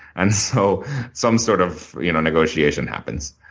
and so some sort of you know negotiation happens,